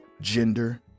gender